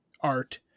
art